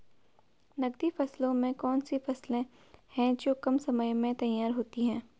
नकदी फसलों में कौन सी फसलें है जो कम समय में तैयार होती हैं?